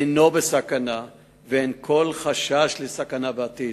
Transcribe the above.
אינו בסכנה ואין כל חשש שיהיה בסכנה בעתיד,